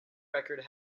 record